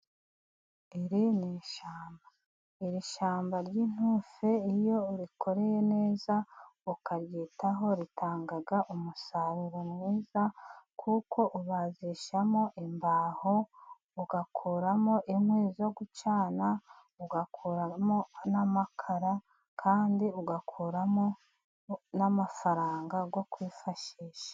Iri ni ishyamba, iri shyamba ry'intufe iyo urikoreye neza ukaryitaho ritanga umusaruro mwiza kuko ubajishamo imbaho ugakuramo inkwi zo gucana, ugakuramo n'amakara kandi ugakuramo n'amafaranga yo kwifashisha.